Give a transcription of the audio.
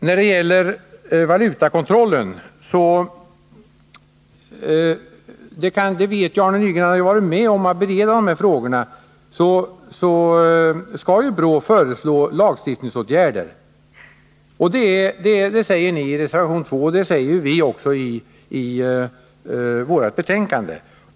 När det gäller valutakontrollen vet Arne Nygren, som varit med om att bereda dessa frågor, att BRÅ skall föreslå lagstiftningsåtgärder — det säger ni i reservation 2, och det säger också utskottsmajoriteten i betänkandet.